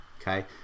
Okay